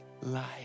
life